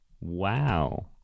Wow